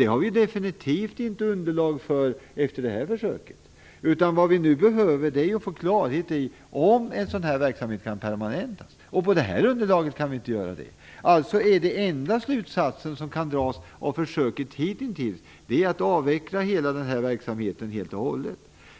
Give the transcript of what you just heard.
Det har vi definitivt inte underlag för efter det här försöket. Vad vi nu behöver är att få klarhet i om en sådan här verksamhet kan permanentas. Med det här underlaget kan vi inte göra det. Den enda slutsats som kan dras av försöket hitintills är att det bästa är att avveckla verksamheten helt och hållet.